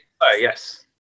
yes